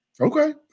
Okay